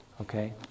Okay